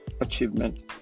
achievement